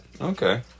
Okay